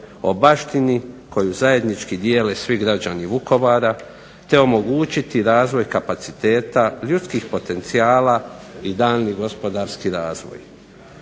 o baštini koju zajednički dijele svi građani Vukovara, te omogućiti razvoj kapaciteta ljudskih potencijala i daljnji gospodarski razvoj.